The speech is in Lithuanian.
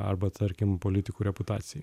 arba tarkim politikų reputacijai